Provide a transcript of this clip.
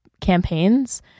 campaigns